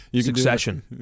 Succession